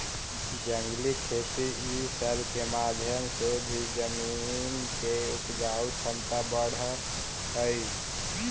जंगली खेती ई सब के माध्यम से भी जमीन के उपजाऊ छमता बढ़ हई